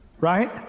right